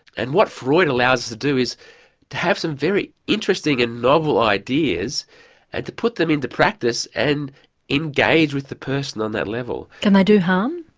and what freud allows us to do is to have some very interesting and novel ideas and to put them into practice and engage with the person on that level. can they do harm?